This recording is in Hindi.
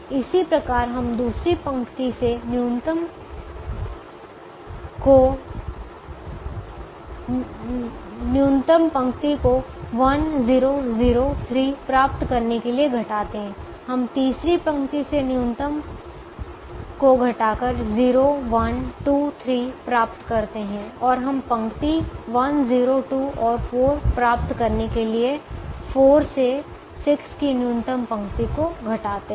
इसी प्रकार हम दूसरी पंक्ति से न्यूनतम पंक्ति को 1 0 0 3 प्राप्त करने के लिए घटाते हैं हम तीसरी पंक्ति से न्यूनतम पंक्ति को घटाकर 0 1 2 3 प्राप्त करते हैं और हम पंक्ति 1 0 2 और 4 प्राप्त करने के लिए 4 से 6 की न्यूनतम पंक्ति को घटाते हैं